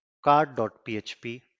card.php